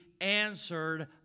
answered